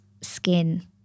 skin